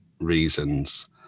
reasons